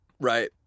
Right